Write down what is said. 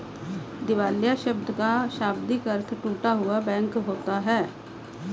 दिवालिया शब्द का शाब्दिक अर्थ टूटा हुआ बैंक होता है